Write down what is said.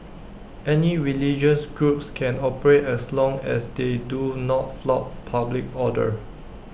any religious groups can operate as long as they do not flout public order